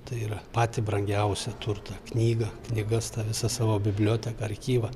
tai yra patį brangiausią turtą knygą knygas tą visą savo biblioteką archyvą